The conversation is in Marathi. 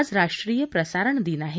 आज राष्ट्रीय प्रसारण दिन आहे